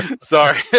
Sorry